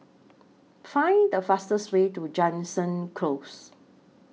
Find The fastest Way to Jansen Close